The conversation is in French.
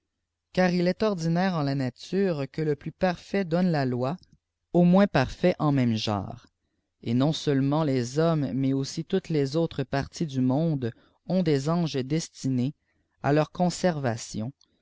car il est ordinaire en la nature que le plus parfeit donne la loi au moins pariait en même genre et non seulement les hommes mais aussi toutes les autres parties du monde ont des anges destinés à leur conservation